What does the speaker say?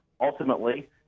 ultimately